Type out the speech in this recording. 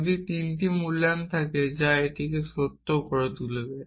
যদি 3টি মূল্যায়ন থাকে যা এটিকে সত্য করে তুলবে